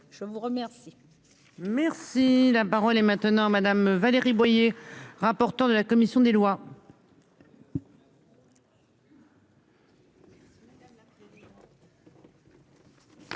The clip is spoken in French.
Je vous remercie.